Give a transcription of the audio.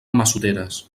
massoteres